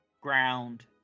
ground